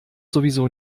sowieso